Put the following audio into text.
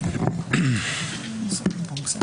בבקשה.